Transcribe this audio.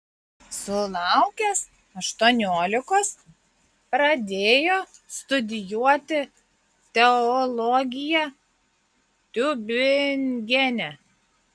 sulaukęs aštuoniolikos pradėjo studijuoti teologiją tiubingene